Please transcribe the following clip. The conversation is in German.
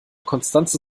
constanze